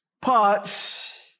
parts